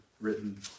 written